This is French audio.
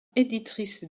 éditrice